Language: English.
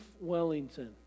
wellington